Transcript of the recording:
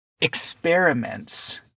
experiments